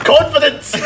Confidence